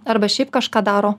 arba šiaip kažką daro